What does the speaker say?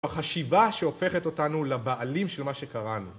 החשיבה שהופכת אותנו לבעלים של מה שקראנו